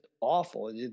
awful